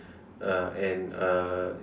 uh and uh